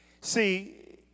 See